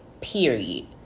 period